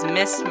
Miss